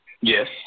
Yes